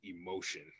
emotion